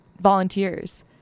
volunteers